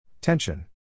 Tension